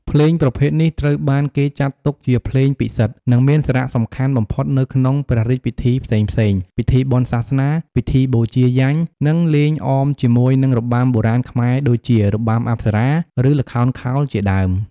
ភ្លេងប្រភេទនេះត្រូវបានគេចាត់ទុកជាភ្លេងពិសិដ្ឋ និងមានសារៈសំខាន់បំផុតនៅក្នុងព្រះរាជពិធីផ្សេងៗ ពិធីបុណ្យសាសនា ពិធីបូជាយញ្ញ និងលេងអមជាមួយនឹងរបាំបុរាណខ្មែរដូចជា របាំអប្សរា ឬល្ខោនខោលជាដើម។